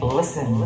listen